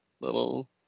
little